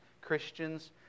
Christians